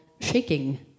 Shaking